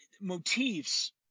motifs